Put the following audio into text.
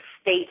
state